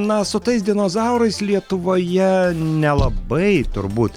na su tais dinozaurais lietuvoje nelabai turbūt